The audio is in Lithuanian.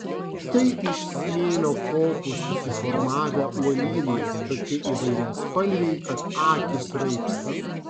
tai iš smėlio kopų susiformavę uolynai tokie įvairiaspalviai kad akys raibsta